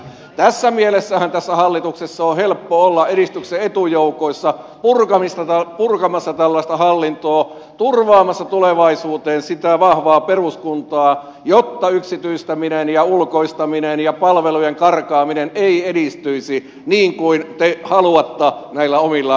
tässä mielessähän tässä hallituksessa on helppo olla edistyksen etujoukoissa purkamassa tällaista hallintoa turvaamassa tulevaisuuteen sitä vahvaa peruskuntaa jotta yksityistäminen ja ulkoistaminen ja palveluiden karkaaminen ei edistyisi niin kuin te haluatte näillä omilla ratkaisuillanne